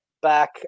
back